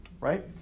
Right